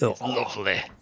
Lovely